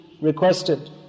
requested